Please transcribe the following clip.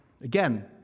again